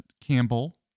Campbell